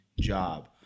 job